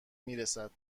میرسد